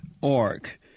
org